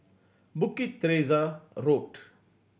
Bukit Teresa Road